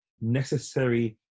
necessary